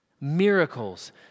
miracles